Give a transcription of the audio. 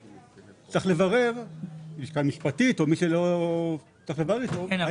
צריך לברר עם לשכה משפטית או מי שלא צריך לברר איתו --- כן,